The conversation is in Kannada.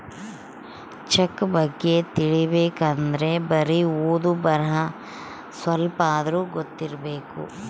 ಚೆಕ್ ಬಗ್ಗೆ ತಿಲಿಬೇಕ್ ಅಂದ್ರೆ ಬರಿ ಓದು ಬರಹ ಸ್ವಲ್ಪಾದ್ರೂ ಗೊತ್ತಿರಬೇಕು